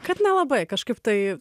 kad nelabai kažkaip tai